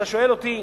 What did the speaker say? אם אתה שואל אותי,